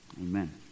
Amen